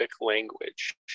language